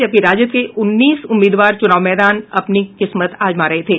जबकि राजद के उन्नीस उम्मीदवार चुनाव मैदान अपनी किस्मत आजमा रहे थे